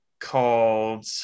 called